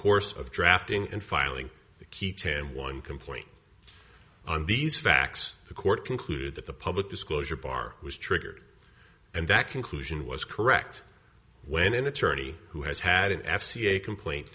course of drafting and filing the key ten one complaint on these facts the court concluded that the public disclosure bar was triggered and that conclusion was correct when an attorney who has had an f c a complaint